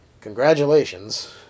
congratulations